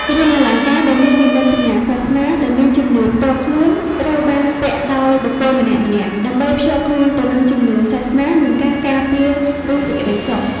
គ្រឿងអលង្ការដែលមាននិមិត្តសញ្ញាសាសនា ដែលមានជំនឿផ្ទាល់ខ្លួនត្រូវបានពាក់ដោយបុគ្គលម្នាក់ៗ ដើម្បីភ្ជាប់ខ្លួនទៅនឹងជំនឿសាសនា និងការការពារ ឬសេចក្តីសុខ។